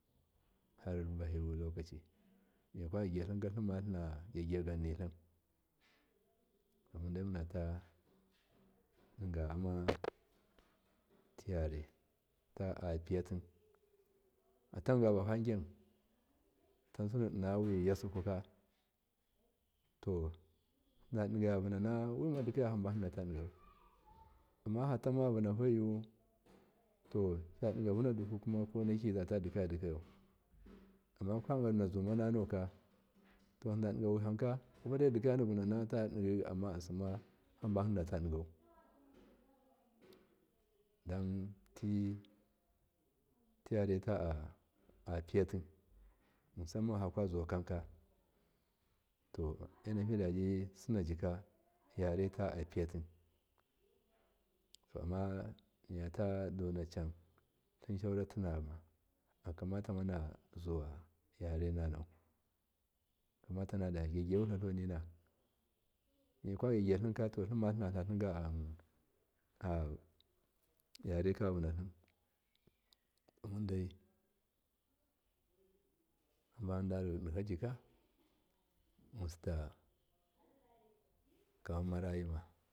Harbaki dowi lokoci mikwa gyagyiyatlimka tlimma tlana gyagyiva yannitlim mundamunata diga yamatiyare tivaafiya fatagabafagin fatansudi innawi yassuhuka to hinadiya vuna wimadikaya hambahidatadigau amma fatamma vunahoyu to fi yadiga vuna duku kumma kowaine kiyatadi yadiyau amma kwadiga nazumananauka to hinadigawihanka saidai di kayanadikavau amma samma hamba nadatadigau danti teyare taapiya musamman fakazuwa kanka to enafadabin sina jika yaretaa piyati ko amma to miyata donu cam sauratirama akamatamana zuwayarena nau kamata nada gya wutlimina mikwa gyagyiyatlim. Tlimma tlinatlim ayare kayuna tlim, mundai hamba mundalu mulajika yinsita kamma rayima.